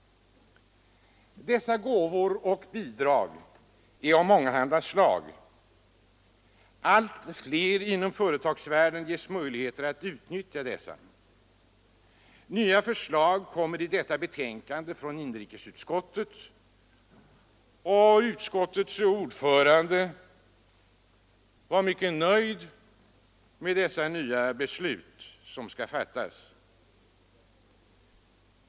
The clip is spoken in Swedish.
Dessa gåvor och bidrag är av mångahanda slag. Allt fler inom företagsvärlden får möjlighet att utnyttja dessa. Förslag till nya gåvor och bidrag framläggs i detta betänkande från inrikesutskottet, och utskottets ordförande var mycket nöjd med de beslut som i dag skall fattas.